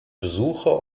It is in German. besucher